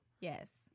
Yes